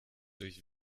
durch